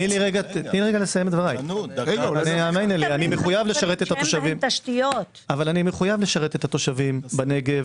אני מחויב לשרת את התושבים בנגב,